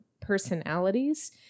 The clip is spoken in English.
personalities